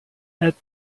add